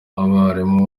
abarimu